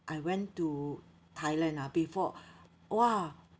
I went to thailand ah before !wah!